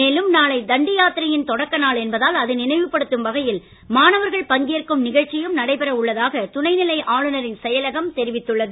மேலும் நாளை தண்டி யாத்திரையின் தொடக்க நாள் என்பதால் அதை நினைவுபடுத்தும் வகையில் மாணவர்கள் பங்கேற்கும் நிகழ்ச்சியும் நாளை நடைபெறவுள்ளதாக துணைநிலை ஆளுநாின் செயலகம் தெரிவித்துள்ளது